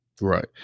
Right